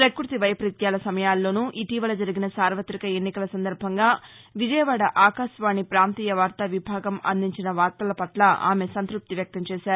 పక్పతి వైపరీత్యాల సమయాల్లోనూ ఇటీవల జరిగిన సార్వతిక ఎన్నికల సందర్భంగా విజయవాడ ఆకాశవాణి ప్రాంతీయ వార్తా విభాగం అందించిన వార్తల పట్ల ఆమె సంత్పప్తి వ్యక్తం చేసారు